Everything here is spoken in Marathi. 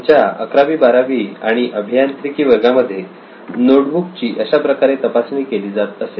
आमच्या अकरावी बारावी आणि अभियांत्रिकी च्या वर्गां मध्ये नोटबुक ची अशाप्रकारे तपासणी केली जात असे